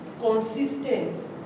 consistent